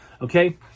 Okay